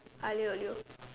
Aglio-Olio